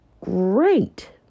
Great